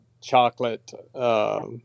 chocolate